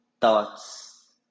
Thoughts